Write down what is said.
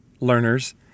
learners